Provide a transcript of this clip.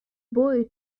boy